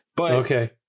Okay